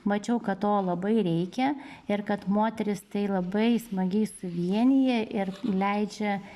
mačiau kad to labai reikia ir kad moteris tai labai smagiai suvienija ir leidžia